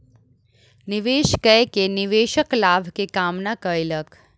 निवेश कय के निवेशक लाभ के कामना कयलक